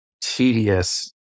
tedious